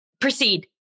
proceed